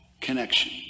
connection